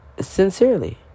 Sincerely